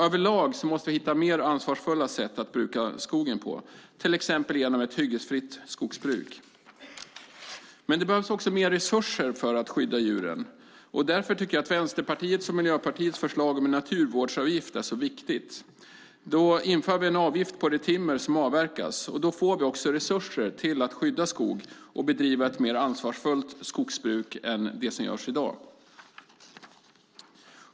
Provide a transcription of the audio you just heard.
Överlag måste vi hitta mer ansvarsfulla sätt att bruka skogen, till exempel genom ett hyggesfritt skogsbruk. Det behövs också mer resurser för att skydda skogen, och därför tycker jag att Vänsterpartiets och Miljöpartiets förslag om en naturvårdsavgift är så viktigt. Då inför vi en avgift på det timmer som avverkas, och då får vi också resurser till att skydda skog och bedriva ett mer ansvarsfullt skogsbruk än i dag.